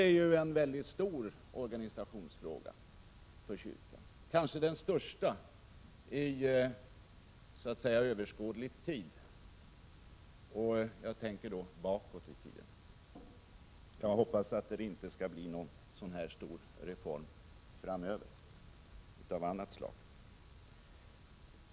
Detta är en mycket stor organisationsfråga för kyrkan, kanske den största under överskådlig tid — jag tänker då bakåt i tiden. Jag hoppas att det inte skall komma någon annan, sådan här stor reform framöver.